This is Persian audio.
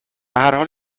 هرحال